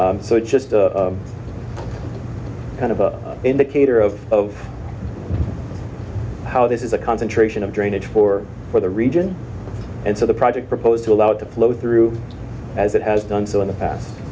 lands so it's just a kind of an indicator of how this is a concentration of drainage for for the region and so the project proposed allowed to flow through as it has done so in the past